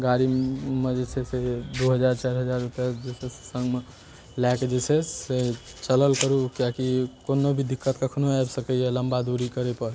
गाड़ीमे जे छै से दू हजार चारि हजार रूपैआ जे छै से संग मे लऽ कऽ जे छै से चलल करू किएकि कोनो भी दिक्कत कखनो आबि सकैया लम्बा दूरी करै पर